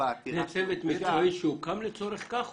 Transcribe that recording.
העתירה --- יש מקצועי שהוקם לצורך כך,